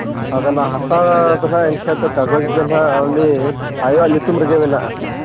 ᱟᱫᱚ ᱚᱱᱟ ᱦᱟᱥᱟ ᱫᱚ ᱮᱱᱠᱷᱟᱡ ᱫᱚ ᱠᱟᱜᱚᱡᱽ ᱫᱚ ᱦᱟᱸᱜ ᱩᱱᱤ ᱟᱭᱚᱣᱟᱜ ᱧᱩᱛᱩᱢ ᱨᱮᱜᱮ ᱢᱮᱱᱟᱜᱼᱟ